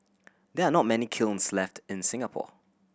there are not many kilns left in Singapore